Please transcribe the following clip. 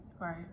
Right